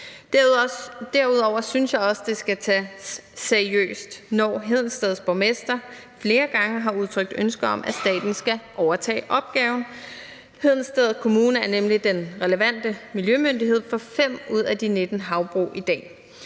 Derudover synes jeg også, at det skal tages seriøst, når Hedensteds borgmester flere gange har udtrykt ønske om, at staten skal overtage opgaven. Hedensted Kommune er nemlig den relevante miljømyndighed for 5 ud af de 19 havbrug i dag.